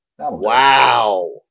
Wow